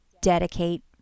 dedicate